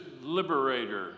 liberator